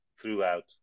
throughout